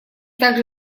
также